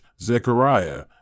Zechariah